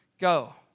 go